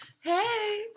hey